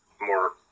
more